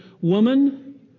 woman